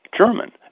German